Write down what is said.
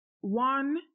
one